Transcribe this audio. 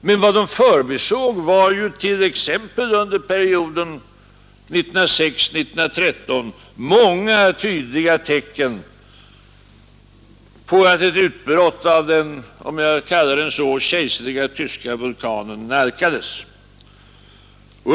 Men vad de förbisåg var t.ex. under perioden 1906-1913 många tydliga tecken på att ett utbrott av den — om jag får kalla den så — kejserliga tyska vulkanen nalkades.